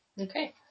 Okay